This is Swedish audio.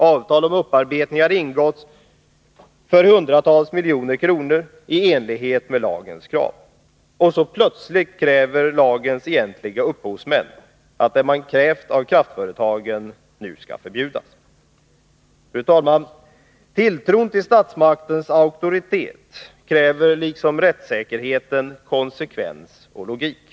Avtal om upparbetning för hundratals miljoner har ingåtts i enlighet med lagens krav. Och så plötsligt kräver lagens egentliga upphovsmän att det man krävt av kraftföretagen nu skall förbjudas. Fru talman! Tilltron till statsmaktens auktoritet kräver, liksom rättssäkerheten, konsekvens och logik.